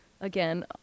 Again